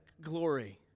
glory